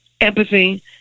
empathy